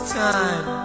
time